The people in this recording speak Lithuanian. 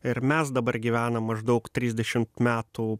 ir mes dabar gyvenam maždaug trisdešimt metų